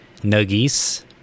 Nuggies